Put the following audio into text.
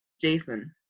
Jason